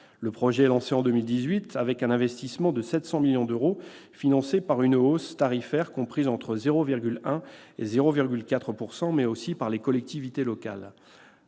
finalement lancé en 2018 : il s'agit d'un investissement de 700 millions d'euros, financé par une hausse tarifaire comprise entre 0,1 % et 0,4 %, mais aussi par les collectivités locales.